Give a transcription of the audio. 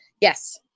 Yes